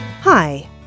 Hi